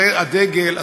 הדגל,